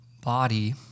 body